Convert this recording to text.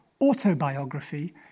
autobiography